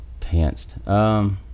pantsed